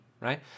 right